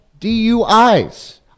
DUIs